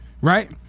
right